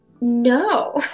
No